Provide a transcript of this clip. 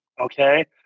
Okay